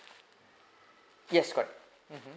yes correct